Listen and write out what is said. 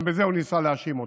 גם בזה הוא ניסה להאשים אותם.